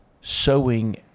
sowing